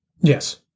Yes